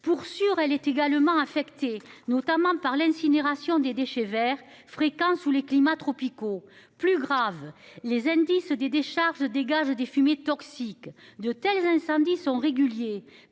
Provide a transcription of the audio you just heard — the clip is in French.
Pour sûr, elle est également affectée notamment par l'incinération des déchets verts fréquents sous les climats tropicaux plus grave les indices des décharges dégage des fumées toxiques de tels incendies sont réguliers,